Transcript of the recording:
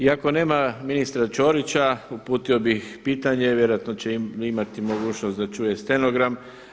Iako nema ministra Ćorića uputio bih pitanje, vjerojatno će imati mogućnosti da čuje stenogram.